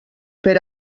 per